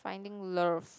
finding love